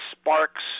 sparks